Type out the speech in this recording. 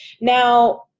Now